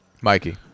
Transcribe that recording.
Mikey